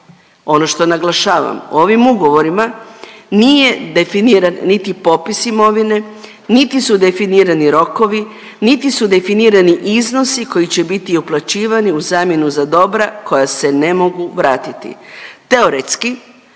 ono što naglašavam u ovim ugovorima nije definiran niti popis imovine, niti su definirani rokovi, niti su definirani iznosi koji će biti uplaćivani u zamjenu za dobra koja se ne mogu vratiti. Teoretski